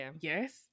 yes